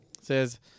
Says